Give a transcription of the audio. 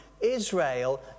Israel